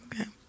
okay